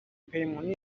پیمانی